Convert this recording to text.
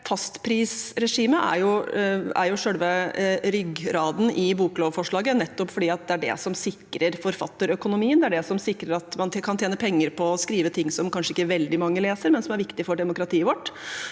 Fastprisregimet er selve ryggraden i boklovforslaget, fordi det er det som sikrer forfatterøkonomien, det er det som sikrer at man kan tjene penger på å skrive ting som kanskje ikke veldig mange leser, men som er viktig for demokratiet vårt.